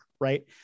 right